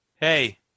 hey